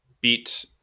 beat